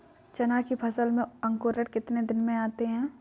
चना की फसल में अंकुरण कितने दिन में आते हैं?